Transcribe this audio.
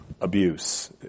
abuse